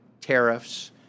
tariffs